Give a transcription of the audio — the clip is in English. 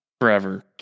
forever